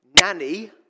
nanny